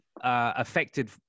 affected